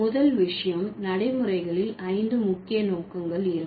முதல் விஷயம் நடைமுறைகளில் ஐந்து முக்கிய நோக்கங்கள் இருக்கும்